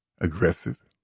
Aggressive